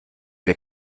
wir